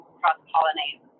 cross-pollinate